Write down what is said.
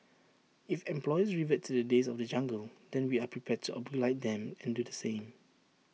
if employers revert to the days of the jungle then we are prepared to oblige them and do the same